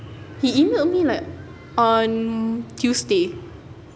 he emailed me like on tuesday